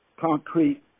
concrete